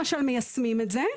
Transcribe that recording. מיישמים את זה,